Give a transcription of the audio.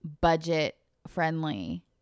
budget-friendly